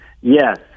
Yes